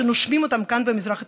שנושמים אותם כאן במזרח התיכון.